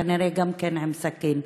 כנראה גם עם סכין.